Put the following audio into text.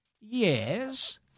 Yes